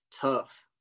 Tough